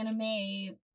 anime